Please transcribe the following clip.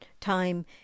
time